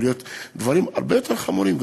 יכולים להיות דברים הרבה יותר חמורים,